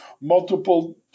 Multiple